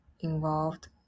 involved